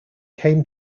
came